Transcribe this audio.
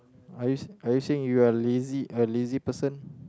are you are you saying you're lazy a lazy person